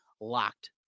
LOCKED